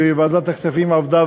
וועדת הכספים עבדה,